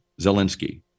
Zelensky